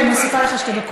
אני מוסיפה לך שתי דקות.